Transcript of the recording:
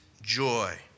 joy